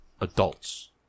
Adults